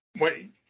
wait